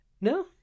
No